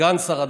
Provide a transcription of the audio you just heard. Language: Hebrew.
סגן שר הדתות,